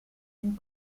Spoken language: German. den